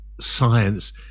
science